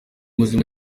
buzima